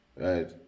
right